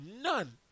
None